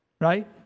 right